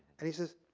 and he says,